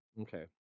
Okay